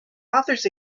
authors